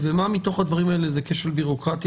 ומה זה כשל בירוקרטי.